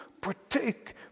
partake